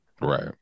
Right